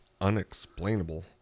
unexplainable